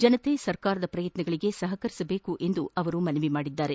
ಜನತೆ ಸರ್ಕಾರದ ಪ್ರಯತ್ನಗಳಿಗೆ ಸಹಕರಿಸಬೇಕು ಎಂದು ಅವರು ಮನವಿ ಮಾಡಿದ್ದಾರೆ